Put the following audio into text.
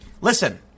Listen